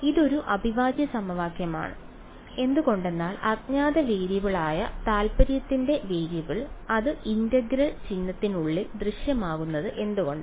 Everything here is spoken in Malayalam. ഇതൊരു അവിഭാജ്യ സമവാക്യമാണ് എന്തുകൊണ്ടെന്നാൽ അജ്ഞാത വേരിയബിളായ താൽപ്പര്യത്തിന്റെ വേരിയബിൾ അത് ഇന്റഗ്രൽ ചിഹ്നത്തിനുള്ളിൽ ദൃശ്യമാകുന്നത് എന്തുകൊണ്ട്